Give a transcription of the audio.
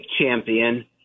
champion